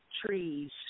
trees